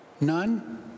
None